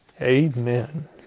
Amen